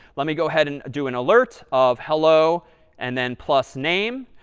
let me go ahead and do an alert of hello and then plus name.